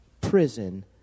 prison